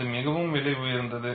அது மிகவும் விலை உயர்ந்தது